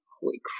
holy